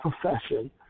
profession